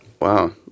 Wow